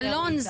אלון,